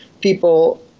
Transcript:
people